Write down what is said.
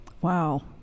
Wow